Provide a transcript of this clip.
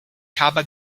kaba